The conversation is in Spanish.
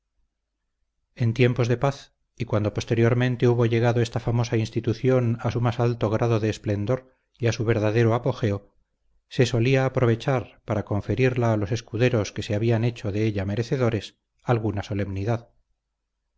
en tiempos de paz y cuando posteriormente hubo llegado esta famosa institución a su más alto grado de esplendor y a su verdadero apogeo se solía aprovechar para conferirla a los escuderos que se habían hecho de ella merecedores alguna solemnidad